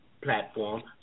platform